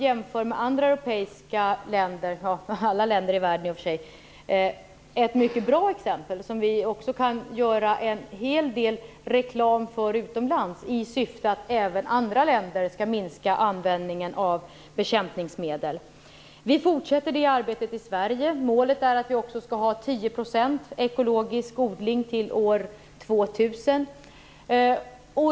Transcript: Jämfört med andra europeiska länder, ja, i och för sig med alla länder i världen, är detta ett mycket bra exempel som vi kan göra en hel del reklam för utomlands, så att även andra länder minskar användningen av bekämpningsmedel. Det här arbetet fortsätter i Sverige. Målet är att vi skall ha 10 % ekologisk odling år 2000.